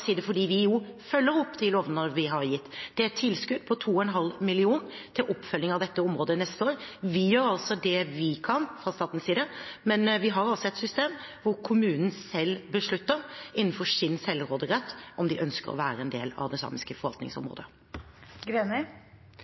side, fordi vi jo følger opp de lovnadene vi har gitt, er et tilskudd på 2,5 mill. kr til oppfølging av dette området neste år. Vi gjør det vi kan fra statens side, men vi har altså et system der kommunen selv, innenfor sin selvråderett, beslutter om de ønsker å være en del av det samiske